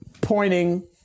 pointing